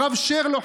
הרב שרלו,